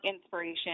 inspiration